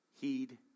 heed